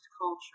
culture